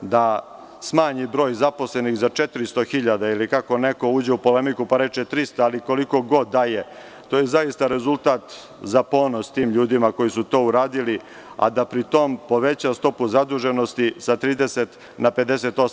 da smanji broj zaposlenih za 400.000 ili kako neko uđe u polemiku, pa reče 300.000, ali koliko god da je, to jezaista rezultat za ponos tim ljudima koji su to uradili, a da pri tome poveća stopu zaduženosti sa 30% na 58%